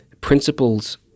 principles